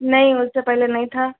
نہیں اس سے پہلے نہیں تھا